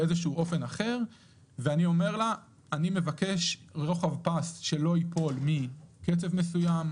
אני מבקש רוחב פס שלא ייפול מקצב מסוים,